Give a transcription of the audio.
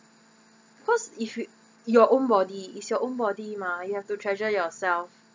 cause if you your own body is your own body mah you have to treasure yourself